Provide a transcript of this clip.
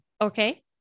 Okay